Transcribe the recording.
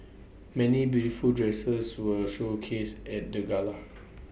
many beautiful dresses were showcased at the gala